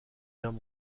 guerre